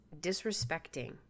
disrespecting